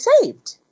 saved